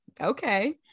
Okay